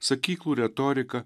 sakyklų retorika